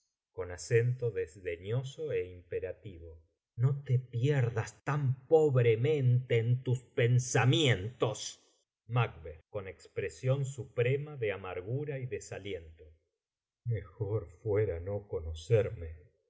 con acento desdeñoso é imfterfítivo no te pierdas tan pobremente en tus pensamientos macb i on expresión suprema de amargura y desaliento mejor fuera no conocerme